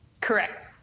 Correct